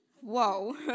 whoa